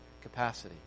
capacity